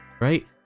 right